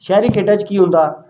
ਸ਼ਹਿਰੀ ਖੇਡਾਂ 'ਚ ਕੀ ਹੁੰਦਾ